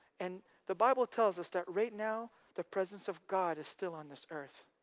and the bible tells us that right now, the presence of god is still on this earth.